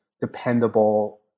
dependable